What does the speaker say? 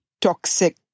toxic